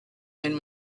and